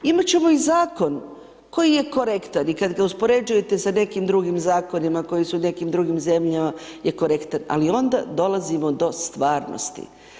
Imati ćemo i Zakon koji je korektan i kad ga uspoređujete sa nekim drugim Zakonima koji su u nekim drugim zemljama je korektan, ali onda dolazimo do stvarnosti.